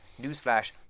Newsflash